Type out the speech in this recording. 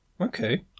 Okay